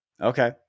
Okay